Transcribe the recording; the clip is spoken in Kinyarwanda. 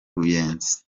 ruyenzi